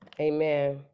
Amen